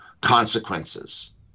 consequences